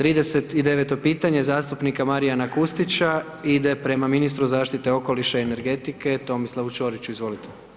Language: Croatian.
39. pitanje zastupnika Marijana Kustića ide prema ministru zaštite okoliša i energetike Tomislavu Čoriću, izvolite.